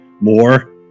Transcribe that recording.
more